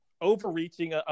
overreaching